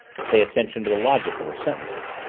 to pay attention to the logic of her sentences.